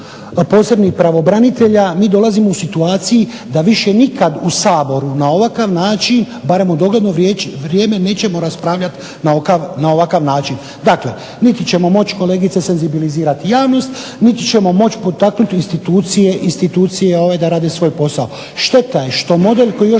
posebnih pravobranitelja mi dolazimo u situaciju da više nikad u Saboru na ovakav način barem u dogledno vrijeme nećemo raspravljati na ovakav način. Dakle, niti ćemo moći kolegice senzibilizirati javnost, niti ćemo moći potaknuti institucije da rade svoj posao. Šteta je što model koji još